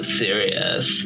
serious